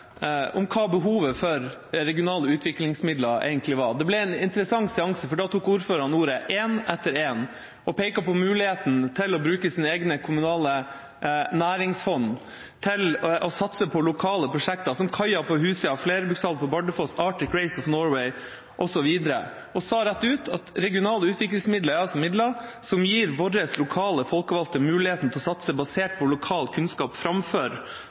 om hva behovet for regionale utviklingsmidler egentlig var. Det ble en interessant seanse, for da tok ordførerne ordet – én etter én – og pekte på muligheten til å bruke sine egne kommunale næringsfond til å satse på lokale prosjekter, som kai på Husøya, flerbrukshall på Bardufoss, Arctic Race of Norway osv. De sa rett ut at regionale utviklingsmidler altså er midler som gir våre lokale folkevalgte muligheten til å satse basert på lokal kunnskap, framfor